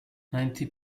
ninety